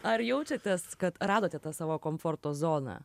ar jaučiatės kad radote tą savo komforto zoną